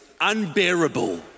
unbearable